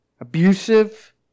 abusive